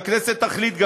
שהכנסת תחליט גם מי רצח.